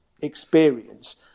experience